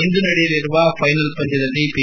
ಇಂದು ನಡೆಯಲಿರುವ ಫೈನಲ್ ಪಂದ್ಯದಲ್ಲಿ ಪಿ